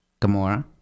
Gamora